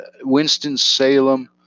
winston-salem